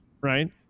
right